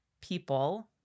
people